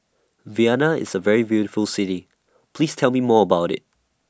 Vienna IS A very beautiful City Please Tell Me More about IT